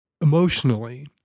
emotionally